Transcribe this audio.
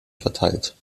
verteilt